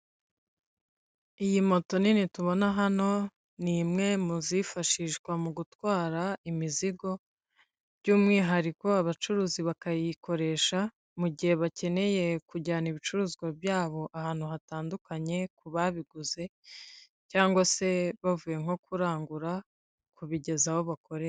Iyi moto nini tubona hano ni imwe mu zifashishwa mu gutwara imizigo, by'umwihariko abacuruzi bakayikoresha mu gihe bakeneye kujyana ibicuruzwa byabo ahantu hatandukanye ku babiguze cyangwa se bavuye nko kurangura kubigeza aho bakorera.